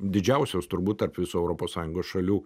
didžiausios turbūt tarp visų europos sąjungos šalių